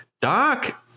Doc